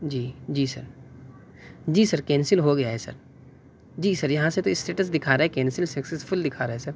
جی ji sir ji sir cancel ہو گیا ہے سر جی سر یہاں سے تو اسٹیٹس دکھا رہا ہے کینسل سکسیسفل دکھا رہا ہے سر